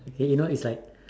okay you know it's like